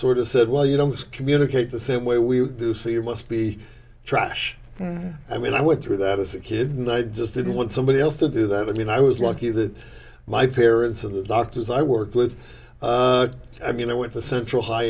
sort of said well you don't communicate the same way we do so you must be trash i mean i went through that as a kid and i just didn't want somebody else to do that i mean i was lucky that my parents and the doctors i worked with i mean i went to central high